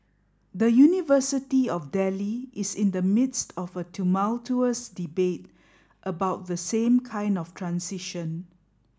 the University of Delhi is in the midst of a tumultuous debate about the same kind of transition